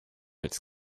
its